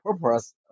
purpose